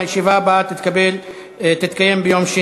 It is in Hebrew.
הוחלט להעביר, איומים, זה לא איום.